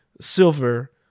silver